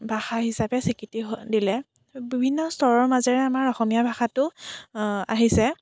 ভাষা হিচাপে স্বীকৃতি দিলে বিভিন্ন স্তৰৰ মাজেৰে আমাৰ অসমীয়া ভাষাটো আহিছে